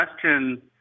question